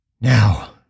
Now